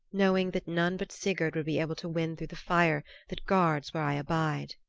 knowing that none but sigurd will be able to win through the fire that guards where i abide.